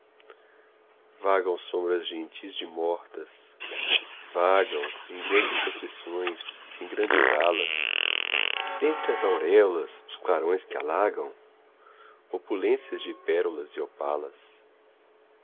vagam sombras gentis de mortas vagam em grandes procissões em grandes alas dentre as auréolas os clarões que alagam opulências de pérolas e opalas